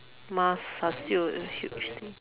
masks are still a huge thing